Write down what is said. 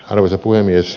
arvoisa puhemies